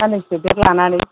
साननैसो डेट लानानै